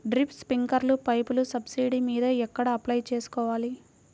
Drip, స్ప్రింకర్లు పైపులు subsidy మీద ఎక్కడ అప్లై చేసుకోవాలి?